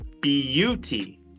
beauty